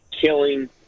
killing